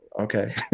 okay